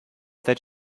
that